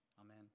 Amen